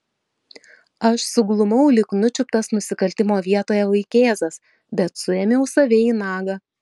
aš suglumau lyg nučiuptas nusikaltimo vietoje vaikėzas bet suėmiau save į nagą